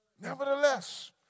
nevertheless